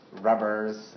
rubbers